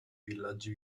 villaggi